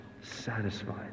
satisfied